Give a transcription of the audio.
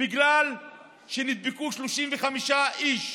בגלל שנדבקו 35 איש,